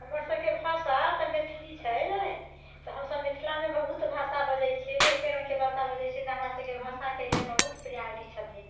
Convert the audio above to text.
हमर सबके भाषा तऽ मैथिली छै ने तऽ हमसब मिथिलामे बहुत भाषा बजै छियै ने एके रङ्गके भाषा बजै छै तऽ हमरा सबके भाषाके लेल बहुत पिरयाडी छथिन